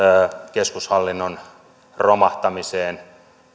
keskushallinnon romahtamiseen